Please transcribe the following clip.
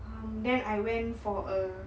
um then I went for a